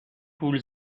پول